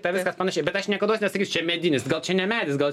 tai viskas panašiai bet aš niekados nesakysiu čia medinis gal čia ne medis gal